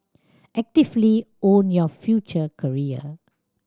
actively own your future career